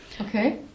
Okay